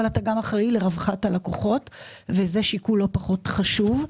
אתה גם אחראי לרווחת הלקוחות וזה שיקול לא פחות חשוב.